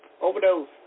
overdose